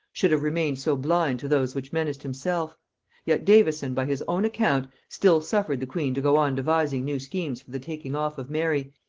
should have remained so blind to those which menaced himself yet davison, by his own account, still suffered the queen to go on devising new schemes for the taking off of mary,